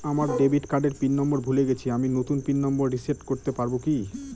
আমার ডেবিট কার্ডের pin number ভুলে গেছি আমি নূতন পিন নম্বর রিসেট করতে পারবো কি?